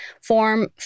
form